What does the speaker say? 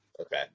okay